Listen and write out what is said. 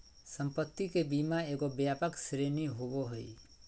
संपत्ति के बीमा एगो व्यापक श्रेणी होबो हइ